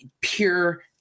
pure